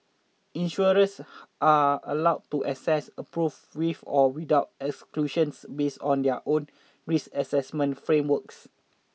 insurers are allowed to assess approve with or without exclusions based on their own risk assessment frameworks